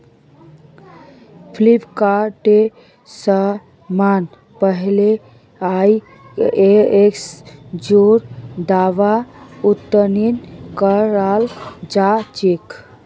फ्लिपकार्टेर समान पहले आईएसओर द्वारा उत्तीर्ण कराल जा छेक